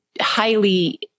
highly